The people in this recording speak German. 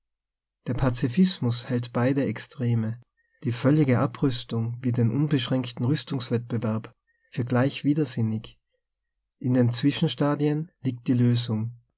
der pazifismus hält beide extreme die völlige abrüstung wie den unbeschränkten rüstungs wettbewerb für gleich widersinnig in den zwischenstadien liegt die lösung